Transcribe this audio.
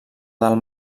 del